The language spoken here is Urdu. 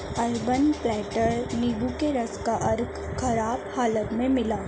اربن پلیٹر نیمبو کے رس کا عرق خراب حالت میں ملا